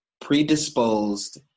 predisposed